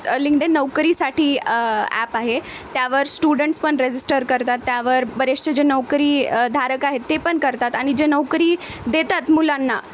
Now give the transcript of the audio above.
LinkedIn नोकरीसाठी app आहे त्यावर स्टुडंट्स पण रजिस्टर करतात त्यावर बरेचसे जे नोकरी धारक आहेत ते पण करतात आणि जे नोकरी देतात मुलांना